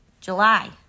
July